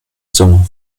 summe